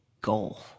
goal